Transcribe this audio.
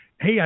Hey